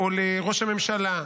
או לראש הממשלה,